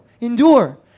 Endure